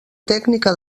tècnica